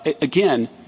again